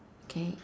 okay